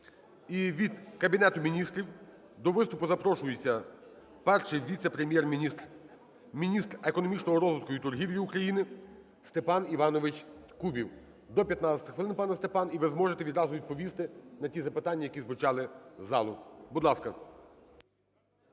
І від Кабінету Міністрів до виступу запрошується Перший віце-прем'єр-міністр – міністр економічного розвитку і торгівлі України Степан Іванович Кубів. До 15 хвилин, пане Степан. І ви зможете відразу відповісти на ті запитання, які звучали із залу. Будь ласка.